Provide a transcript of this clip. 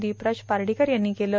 दीपराज पार्डीकर यांनी केलं